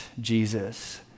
Jesus